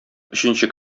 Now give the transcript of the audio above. өченче